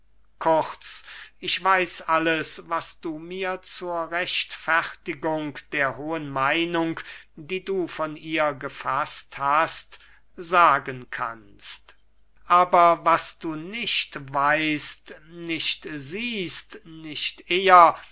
kurz ich weiß alles was du mir zur rechtfertigung der hohen meinung die du von ihr gefaßt hast sagen kannst aber was du nicht weißt nicht siehst nicht eher